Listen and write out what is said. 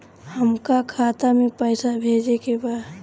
हमका खाता में पइसा भेजे के बा